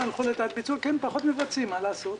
פחות מְבצעים, מה לעשות.